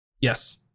yes